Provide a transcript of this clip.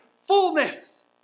fullness